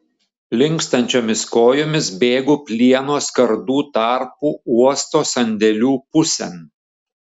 linkstančiomis kojomis bėgu plieno skardų tarpu uosto sandėlių pusėn